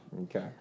Okay